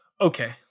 Okay